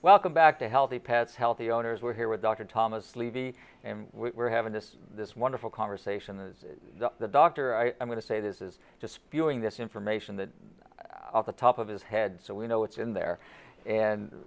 welcome back to healthy pets healthy owners we're here with dr thomas levy and we're having this this wonderful conversation as the doctor i'm going to say this is just spewing this information that the top of his head so we know it's in there and